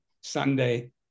sunday